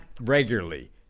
regularly